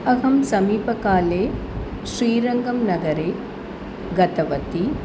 अहं समीपकाले श्रीरङ्गं नगरे गतवती